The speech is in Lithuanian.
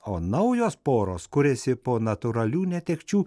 o naujos poros kuriasi po natūralių netekčių